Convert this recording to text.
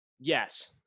Yes